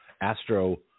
Astro